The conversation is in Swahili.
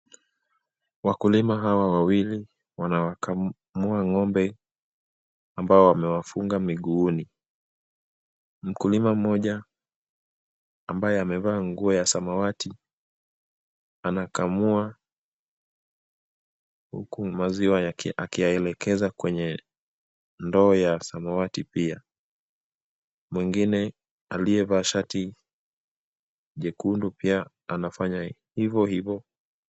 Wakulima hawa wawili wanawakamua ng’ombe ambao wamewafunga miguuni. Mkulima mmoja ambaye amevaa nguo ya samawati anakamua huku maziwa akiyaelekeza kwenye ndoo ya samawati pia. Mwingine aliyevaa shati jekundu pia anafanya ivo ivo.